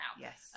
yes